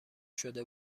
شده